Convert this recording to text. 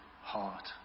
heart